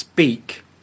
Speak